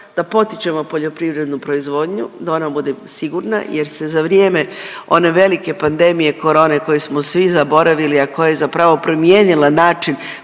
da potičemo poljoprivrednu proizvodnju da ona bude sigurna jer se za vrijeme one velike pandemije korone koje smo svi zaboravili, a koja je zapravo promijenila način